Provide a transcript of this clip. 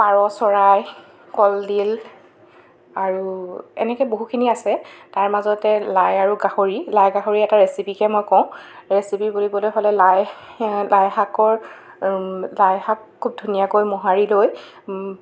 পাৰ চৰাই কলডিল আৰু এনেকৈ বহুখিনি আছে তাৰ মাজতে লাই আৰু গাহৰি লাই গাহৰি এটা ৰেচিপিকে মই কওঁ ৰেচিপি বুলিবলৈ হ'লে লাই লাইশাকৰ লাইশাক খুব ধুনীয়াকৈ মোহাৰি লৈ